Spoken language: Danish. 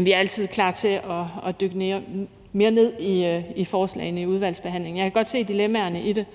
Vi er altid klar til at dykke mere ned i forslagene i udvalgsbehandlingen. Jeg kan godt se dilemmaerne i det.